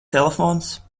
telefons